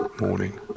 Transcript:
morning